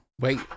wait